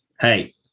Hey